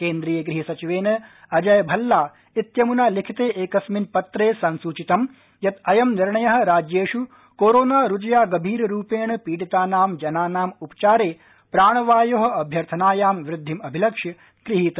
केन्द्रीय गृह सचिवेन अजय भल्ला इत्यम्ना लिखिते एकस्मिन् पत्रे संसूचितं यत् अयं निर्णयः राज्येष् कोरोना रूजया गभीररूपेण पीडितानां जनानां उपचारे प्राणवायोः अभ्यर्थनायां वृद्धिम् अभिलक्ष्य गृहीतः